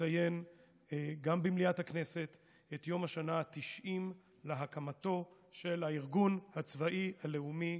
לציין גם במליאת הכנסת את יום השנה ה-90 להקמתו של הארגון הצבאי הלאומי,